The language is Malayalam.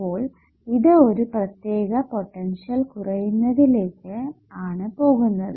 അപ്പോൾ ഇത് ഒരു പ്രത്യേക പൊട്ടൻഷ്യൽ കുറയുന്നത്തിലേക്ക് ആണ് പോകുന്നത്